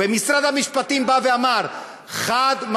ומשרד המשפטים בא ואמר חד-משמעית,